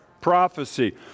prophecy